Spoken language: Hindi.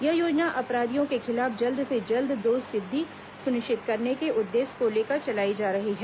यह योजना अपराधियों के खिलाफ जल्द से जल्द दोषसिद्धि सुनिश्चित करने के उद्देश्य को लेकर चलाई जा रही है